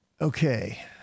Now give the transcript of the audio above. okay